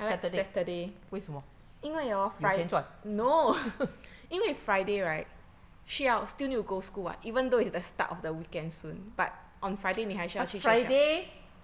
saturday 为什么有钱赚 but friday